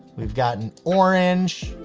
we've gotten orange.